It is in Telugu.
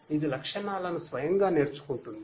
ఇది లక్షణాలను స్వయంగా నేర్చుకుంటుంది